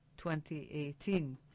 2018